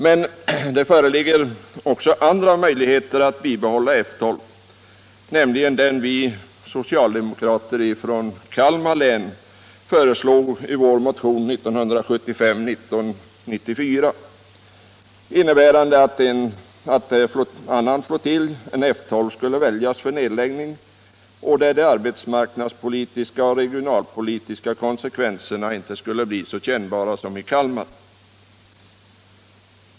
Men det föreligger även en annan möjlighet att bibehålla F 12, nämligen den vi socialdemokrater från Kalmar län föreslog i vår motion 1975:1994, innebärande att annan flottilj än F 12 skulle väljas för nedläggning — där de arbetsmarknadspolitiska och regionalpolitiska konsekvenserna inte skulle bli så kännbara som i Kalmar.